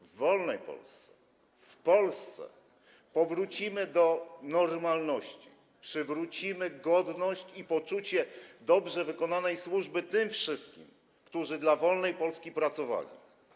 W wolnej Polsce - w Polsce - powrócimy do normalności, przywrócimy godność i poczucie dobrze wykonanej służby tym wszystkim, którzy dla wolnej Polski pracowali.